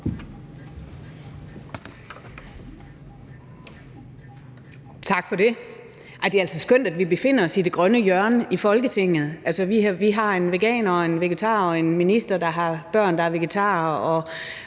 Tak for det. Det er altså skønt, at vi befinder os i det grønne hjørne i Folketinget. Altså, vi har en veganer, en vegetar og en minister, der har børn, der er vegetarer,